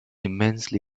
immensely